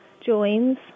joins